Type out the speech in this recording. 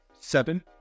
seven